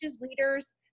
leaders